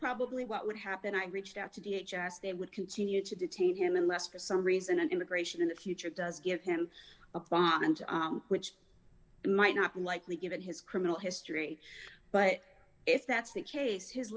probably what would happen i reached out to d h as they would continue to detain him unless for some reason and immigration in the future does give him a bond which might not be likely given his criminal history but if that's the case his